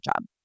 job